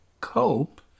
cope